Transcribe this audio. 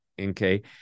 Okay